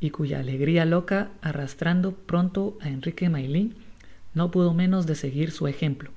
y cuya alegria loca arrastrando pronto á enrique may lie no pudo menos de seguir su ejemplo